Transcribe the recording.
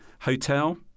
Hotel